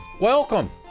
Welcome